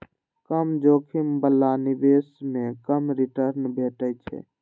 कम जोखिम बला निवेश मे कम रिटर्न भेटै छै